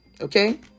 Okay